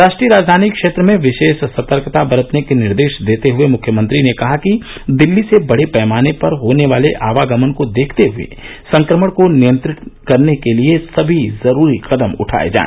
राष्ट्रीय राजधानी क्षेत्र में विशेष सतर्कता बरतने के निर्देश देते हए मुख्यमंत्री ने कहा कि दिल्ली से बडे पैमाने पर होने वाले आवागमन को देखते हए संक्रमण को नियंत्रित करने के लिए सभी जरूरी कदम उठाए जाए